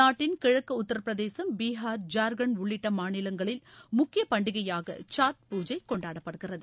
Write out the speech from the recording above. நாட்டின் கிழக்கு உத்திரப்பிரதேசம் பீகார் ஜார்கண்ட் உள்ளிட்ட மாநிலங்களில் முக்கிய பண்டிகையாக சாத் பூஜை கொண்டாடப்படுகிறது